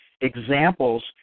examples